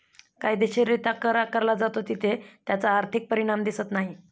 कायदेशीररित्या कर आकारला जातो तिथे त्याचा आर्थिक परिणाम दिसत नाही